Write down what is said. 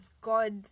God